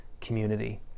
community